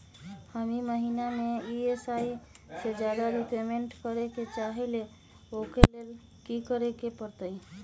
हम ई महिना में ई.एम.आई से ज्यादा रीपेमेंट करे के चाहईले ओ लेल की करे के परतई?